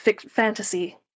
fantasy